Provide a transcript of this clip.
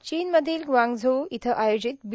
चीनमधील ग्वांगझोऊ इथं आयोजित बी